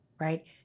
right